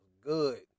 good